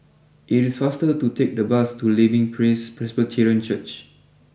it is faster to take the bus to Living Praise Presbyterian Church